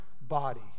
body